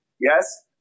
Yes